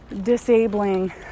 disabling